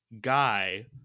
guy